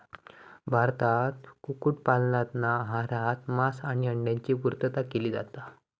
भारतात कुक्कुट पालनातना आहारात मांस आणि अंड्यांची पुर्तता केली जाता